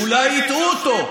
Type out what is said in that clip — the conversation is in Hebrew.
אולי הטעו אותו.